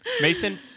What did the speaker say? Mason